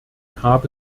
habe